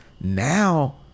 now